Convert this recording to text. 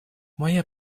моя